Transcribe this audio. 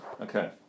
Okay